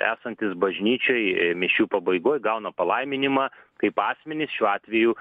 esantys bažnyčioj mišių pabaigoj gauna palaiminimą kaip asmenys šiuo atveju